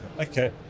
okay